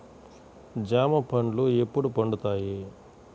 జామ పండ్లు ఎప్పుడు పండుతాయి?